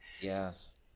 yes